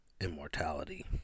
immortality